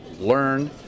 learn